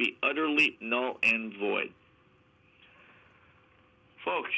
be utterly no void folks